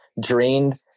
drained